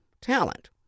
talent